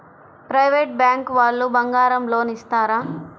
Private bank వాళ్ళు బంగారం loan ఇస్తారా?